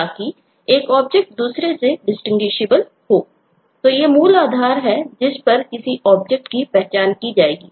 तो इन ऑब्जेक्ट्स की पहचान की जाएगी